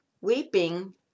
weeping